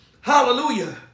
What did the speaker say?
Hallelujah